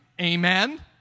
amen